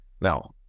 Now